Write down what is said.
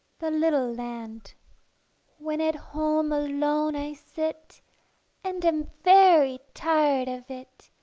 the little land when at home alone i sit and am very tired of it,